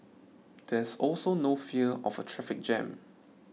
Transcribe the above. there's also no fear of a traffic jam